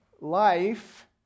life